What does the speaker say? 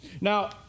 Now